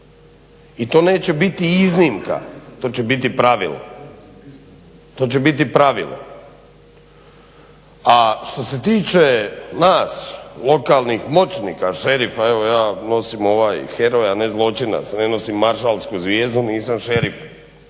to će biti pravilo. To će biti pravilo. A što se tiče nas lokalnih moćnika, šefira evo ja nosim ovaj heroj a ne zločinac, ne nosim maršalsku zvijezdu, nisam šerif.